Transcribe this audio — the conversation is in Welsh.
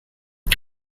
ydy